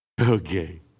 Okay